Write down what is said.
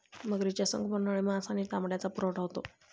मगरीचे संगोपनामुळे मांस आणि चामड्याचा पुरवठा होतो